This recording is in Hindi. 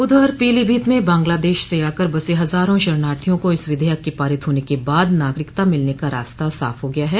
उधर पीलीभीत में बांग्लादेश से आकर बसे हजारों शरणार्थियों को इस विधेयक के पारित होने के बाद नागरिकता मिलने का रास्ता साफ हो गया है